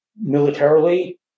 militarily